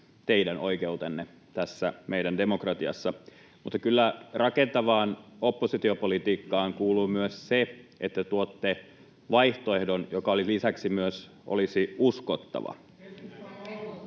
teidän oikeutenne tässä meidän demokratiassa. Mutta kyllä rakentavaan oppositiopolitiikkaan kuuluu myös se, että tuotte vaihtoehdon, joka olisi lisäksi myös uskottava.